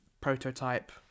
Prototype